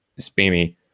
spammy